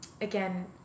again